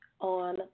on